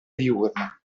diurna